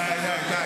די.